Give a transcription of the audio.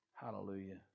Hallelujah